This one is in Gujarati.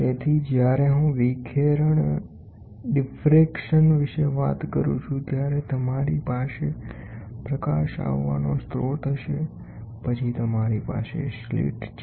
તેથી જ્યારે હું વિખેરણ વિશે વાત કરું છું ત્યારે તમારી પાસે પ્રકાશ આવવાનો સ્રોત હશે પછી તમારી પાસે slit છે